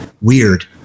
weird